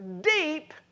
Deep